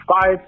five